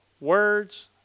words